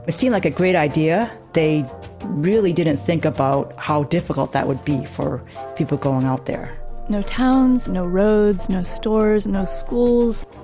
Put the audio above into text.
it seemed like a great idea. they really didn't think about how difficult that would be for people going out there no towns, no roads, no stores, no schools